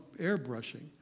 airbrushing